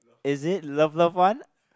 is it love love one